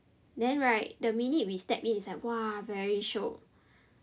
then right the minute we step in it's like !wah! very shiok